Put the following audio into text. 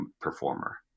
performer